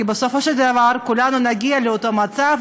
כי בסופו של דבר כולנו נגיע לאותו מצב,